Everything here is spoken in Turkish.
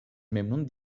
memnun